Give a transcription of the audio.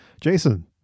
Jason